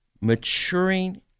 maturing